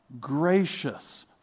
gracious